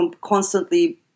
constantly